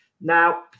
Now